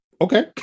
okay